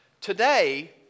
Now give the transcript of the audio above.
Today